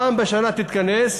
פעם בשנה תתכנס,